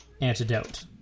antidote